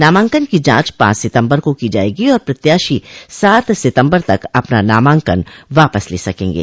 नामांकन की जांच पांच सितम्बर को की जायेगी और प्रत्याशी सात सितम्बर तक अपना नामांकन वापस ले सकेंगे